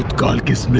goddess but